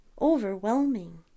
overwhelming